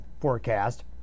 forecast